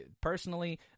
personally